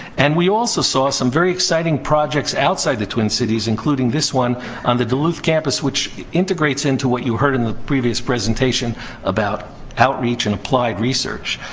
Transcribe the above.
and we also saw some very exciting projects outside the twin cities, including this one on the duluth campus which integrates into what you heard in the previous presentation about outreach and applied research.